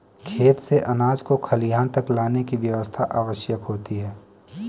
खेत से अनाज को खलिहान तक लाने की व्यवस्था आवश्यक होती है